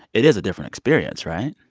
it is a different experience, right?